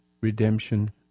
redemption